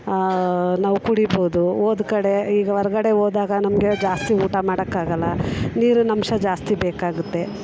ನಾವು ಕುಡಿಬೋದು ಹೋದ ಕಡೆ ಈಗ ಹೊರ್ಗಡೆ ಹೋದಾಗ ನಮಗೆ ಜಾಸ್ತಿ ಊಟ ಮಾಡೋಕ್ಕಾಗೋಲ್ಲ ನೀರಿನಂಶ ಜಾಸ್ತಿ ಬೇಕಾಗುತ್ತೆ